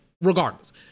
Regardless